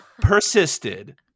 persisted